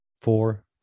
Four